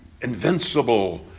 invincible